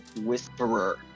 whisperer